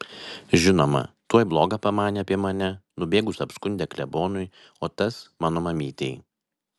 žinoma tuoj bloga pamanė apie mane nubėgus apskundė klebonui o tas mano mamytei